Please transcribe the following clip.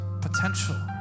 potential